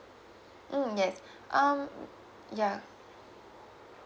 mm yes um yeah